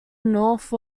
north